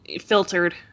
filtered